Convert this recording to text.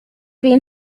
been